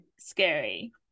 scary